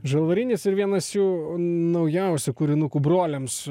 žalvarinis ir vienas jų naujausių kūrinukų broliams